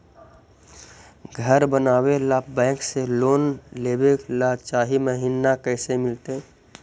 घर बनावे ल बैंक से लोन लेवे ल चाह महिना कैसे मिलतई?